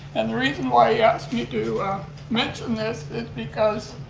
and the reason why he asked me to mention this is because